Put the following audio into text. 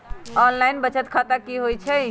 Online बचत खाता की होई छई?